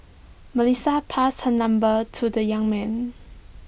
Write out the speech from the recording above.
Melissa passed her number to the young man